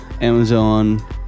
Amazon